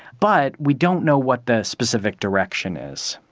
but we don't know what the specific direction is.